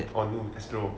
on new astro